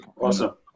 Awesome